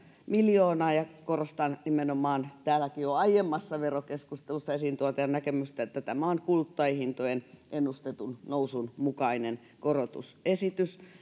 miljoonaa korostan nimenomaan täälläkin jo aiemmassa verokeskustelussa esiin tuotua näkemystä että tämä on kuluttajahintojen ennustetun nousun mukainen korotusesitys